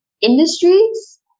industries